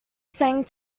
slang